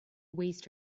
waste